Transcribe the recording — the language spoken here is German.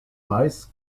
mais